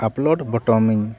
upload ᱵᱚᱴᱚᱢᱤᱧ